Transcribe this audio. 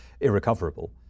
irrecoverable